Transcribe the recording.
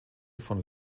von